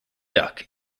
duck